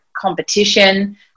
competition